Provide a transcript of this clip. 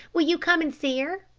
will you come and see her?